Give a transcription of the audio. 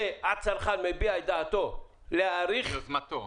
והצרכן מביע את דעתו להאריך --- מיוזמתו.